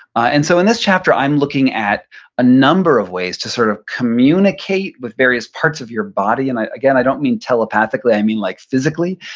and so in this chapter, i'm looking at a number of ways to sort of communicate with various parts of your body. and again, i don't mean telepathically, i mean like physically,